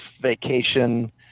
vacation